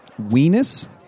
Weenus